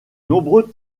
nombreux